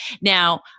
now